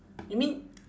you mean